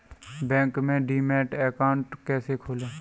Bank में demat account कैसे खोलें?